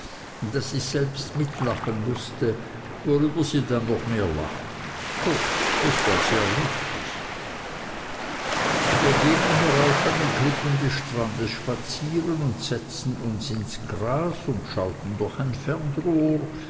daß ich selbst mitlachen mußte worüber sie dann noch mehr lachten kurz es war sehr lustig wir gingen hierauf an den klippen des strandes spazieren und setzten uns ins gras und schauten durch ein fernrohr